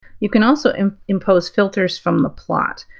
you can also impose filters from the plot.